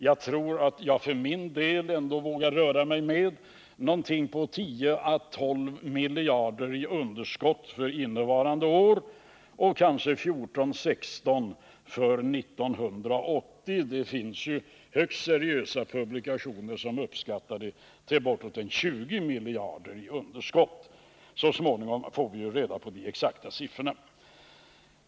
För min del vågar jag ändå röra mig med siffrorna 10-12 miljarder i underskott för innevarande år och kanske 14—16 miljarder för 1980. Det finns ju högst seriösa publikationer som har uppskattat underskottet till bortåt 20 miljarder. Så småningom får vi reda på de exakta siffrorna.